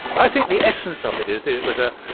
i think the essence of it is that it was ah